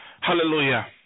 Hallelujah